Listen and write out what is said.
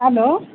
hello